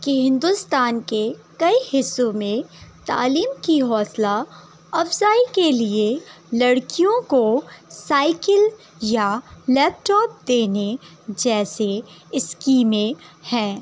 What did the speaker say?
کہ ہندوستان کے کئی حصوں میں تعلیم کی حوصلہ افزائی کے لیے لڑکیوں کو سائیکل یا لیپ ٹاپ دینے جیسے اسکیمیں ہیں